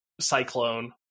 cyclone